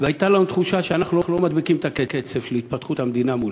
והייתה לנו תחושה שאנחנו לא מדביקים את הקצב של התפתחות המדינה מול,